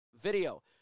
video